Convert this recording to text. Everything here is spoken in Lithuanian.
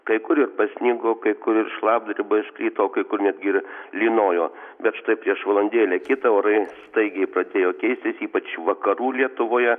kai kur ir pasnigo kai kur ir šlapdriba iškrito o kai kur netgi ir lynojo bet štai prieš valandėlę kitą orai staigiai pradėjo keistis ypač vakarų lietuvoje